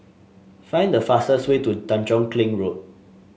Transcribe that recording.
find the fastest way to Tanjong Kling Road